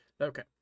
okay